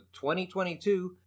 2022